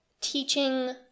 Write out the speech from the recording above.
teaching